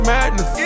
Madness